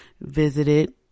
visited